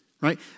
right